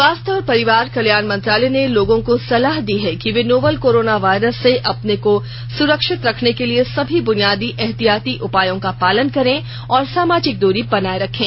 स्वास्थ्य और परिवार कल्याण मंत्रालय ने लोगों को सलाह दी है कि वे नोवल कोरोना वायरस से अपने को सुरक्षित रखने के लिए सभी बुनियादी एहतियाती उपायों का पालन करें और सामाजिक दूरी बनाए रखें